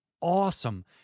awesome